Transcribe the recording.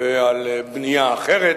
ועל בנייה אחרת